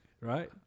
right